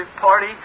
party